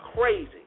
crazy